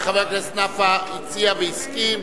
חבר הכנסת נפאע הציע והסכים.